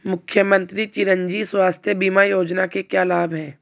मुख्यमंत्री चिरंजी स्वास्थ्य बीमा योजना के क्या लाभ हैं?